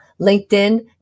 linkedin